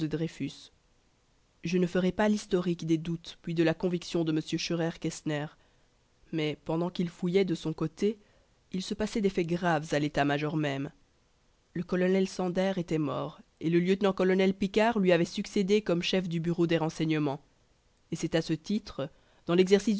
dreyfus je ne ferai pas l'historique des doutes puis de la conviction de m scheurer kestner mais pendant qu'il fouillait de son côté il se passait des faits graves à l'état-major même le colonel sandherr était mort et le lieutenant-colonel picquart lui avait succédé comme chef du bureau des renseignements et c'est à ce titre dans l'exercice